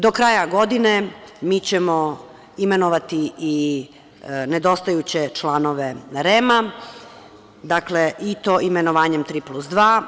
Do kraja godine mi ćemo imenovati i nedostajuće članove REM-a, i to imenovanjem tri plus dva.